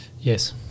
Yes